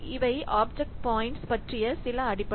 இவை object points பற்றிய சில அடிப்படை